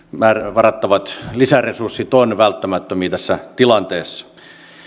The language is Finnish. varattavat lisäresurssit ovat välttämättömiä tässä tilanteessa